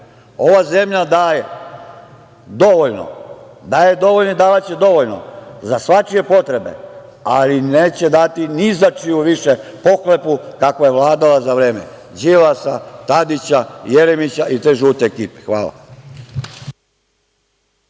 Ova zemlja daje dovoljno i davaće dovoljno za svačije potrebe, ali neće dati ni za čiju više pohlepu kakva je vladala za vreme Đilasa, Tadića, Jeremića i te žute ekipe. Hvala.